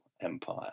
empire